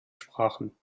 sprachen